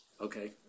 okay